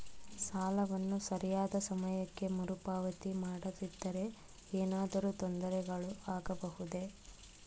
ಸಾಲವನ್ನು ಸರಿಯಾದ ಸಮಯಕ್ಕೆ ಮರುಪಾವತಿ ಮಾಡದಿದ್ದರೆ ಏನಾದರೂ ತೊಂದರೆಗಳು ಆಗಬಹುದೇ?